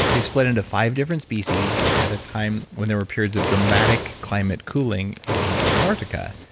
they split into five different species at a time when there were periods of dramatic climate cooling in antarctica.